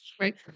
right